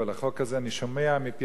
אני שומע מפי הרבה אנשים,